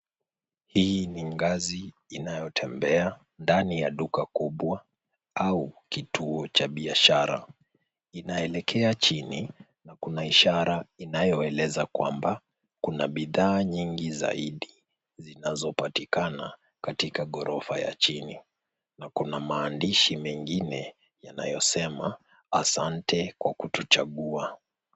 Hii ni ngazi inayotembea ndani ya duka kubwa au kituo cha biashara. Inaelekea chini na Kuna ishara inyoeleza kwamba kuna bidhaa nyingi zaidi zinazopatikana katika ghorofa ya chini na Kuna maandishi mengine yanayosema asante kwa kutuchagua.